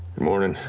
morning.